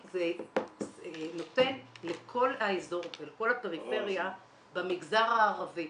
סח'נין נותן לכל האזור ולכל הפריפריה במגזר הערבי.